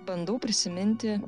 bandau prisiminti